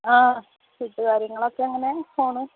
ആ വീട്ടുകാര്യയങ്ങൾ ഒക്കെ അങ്ങനെ പോകുന്നു